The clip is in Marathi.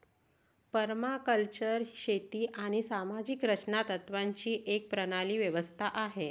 परमाकल्चर शेती आणि सामाजिक रचना तत्त्वांची एक प्रणाली व्यवस्था आहे